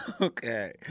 Okay